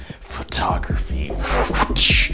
Photography